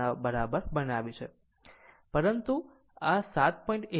07 બરાબર બનાવ્યું છે આમ પરંતુ 7